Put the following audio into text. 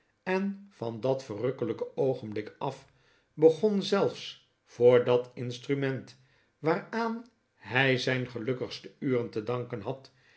en van dat verrukkelijke oogenblik af begon zelfs voor dat instrument waaraan hij zijn gelukkigste uren te danken had